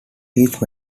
each